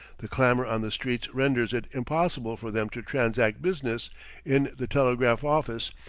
the clamor on the streets renders it impossible for them to transact business in the telegraph office,